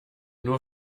nur